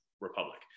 republic